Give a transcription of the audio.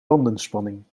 bandenspanning